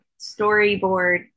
storyboard